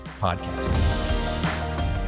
Podcast